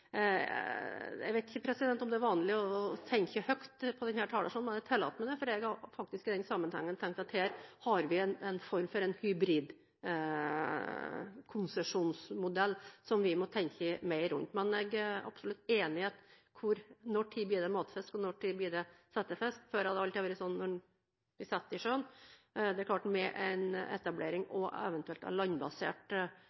Jeg vet ikke om det er vanlig å tenke høyt på denne talerstolen, men jeg tillater meg det, for jeg har faktisk i denne sammenhengen tenkt at her har vi en form for hybridkonsesjonsmodell som vi må tenke mer rundt. Men jeg er absolutt enig i: Når blir det matfisk og når blir det settefisk? Før har det alltid vært når den blir satt i sjøen. Det er klart med en etablering